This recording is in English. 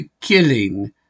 killing